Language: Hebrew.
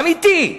אמיתי,